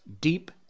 deep